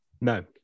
No